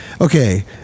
okay